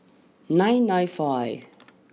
nine nine five